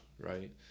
right